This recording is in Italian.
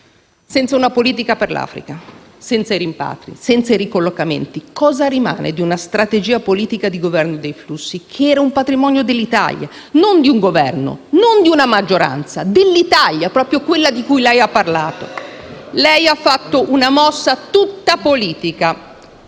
Senza una politica per l'Africa, senza i rimpatri, senza i ricollocamenti, cosa rimane di una strategia politica di governo dei flussi, che era un patrimonio dell'Italia, non di un Governo, non di una maggioranza, ma dell'Italia, proprio quella di cui lei ha parlato? *(Commenti dai Gruppi